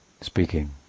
speaking